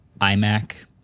imac